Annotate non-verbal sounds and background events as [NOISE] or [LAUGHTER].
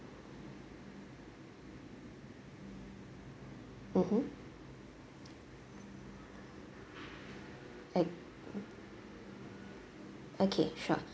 mmhmm o~ [NOISE] okay sure